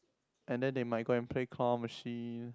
and then they might go and play claw machine